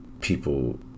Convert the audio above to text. people